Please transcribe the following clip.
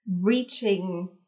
reaching